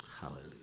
Hallelujah